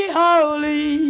holy